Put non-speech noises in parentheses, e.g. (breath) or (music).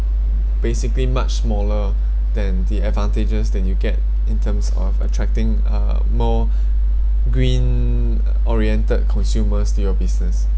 basically much smaller than the advantages that you get in terms of attracting uh more (breath) green oriented consumers to your business